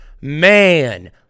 man